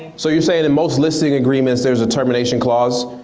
so you're saying and most listing agreements there's a termination clause?